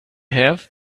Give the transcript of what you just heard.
have